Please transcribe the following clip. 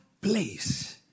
place